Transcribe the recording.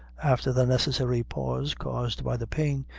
after the necessary pause caused by the pain,